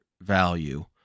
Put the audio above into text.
value